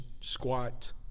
squat